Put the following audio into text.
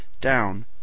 down